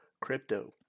crypto